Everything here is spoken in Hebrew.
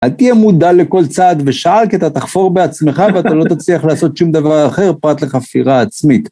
אל תהיה מודע לכל צעד ושעל, כי אתה תחפור בעצמך ואתה לא תצליח לעשות שום דבר אחר פרט לחפירה עצמית.